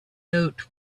note